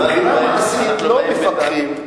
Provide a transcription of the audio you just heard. מבחינה מעשית לא מפקחים,